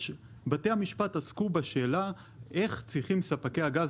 בתי המשפט עסקו בשאלה איך צריכים ספקי הגז